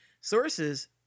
Sources